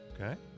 Okay